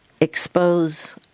expose